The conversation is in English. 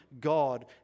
God